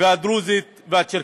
הדרוזית והצ'רקסית.